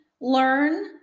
learn